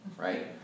right